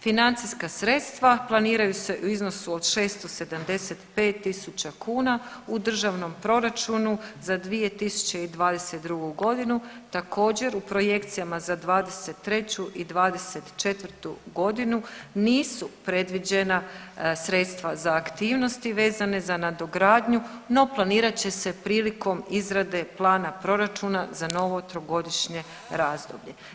Financijska sredstva planiraju se u iznosu od 675000 kuna u Državnom proračunu za 2022. godinu također u projekcijama za 2023. i 2024. godinu nisu predviđena sredstva za aktivnosti vezane za nadogradnju no planirat će se prilikom izrade plana proračuna za novo trogodišnje razdoblje.